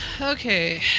okay